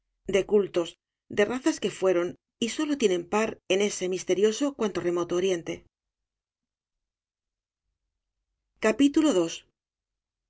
de cultos de razas que fueron y sólo tienen par en ese misterioso cuanto remoto oriente